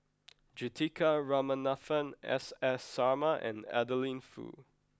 Juthika Ramanathan S S Sarma and Adeline Foo